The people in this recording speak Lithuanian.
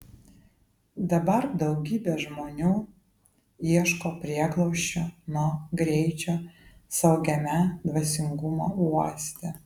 dabar daugybė žmonių ieško prieglobsčio nuo greičio saugiame dvasingumo uoste